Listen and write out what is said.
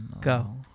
Go